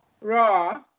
Raw